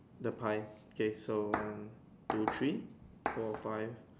the pie okay so one two three four five